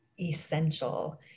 essential